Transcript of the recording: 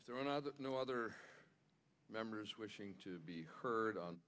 if there are no other no other members wishing to be heard on